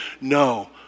No